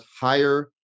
higher